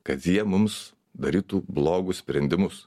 kad jie mums darytų blogus sprendimus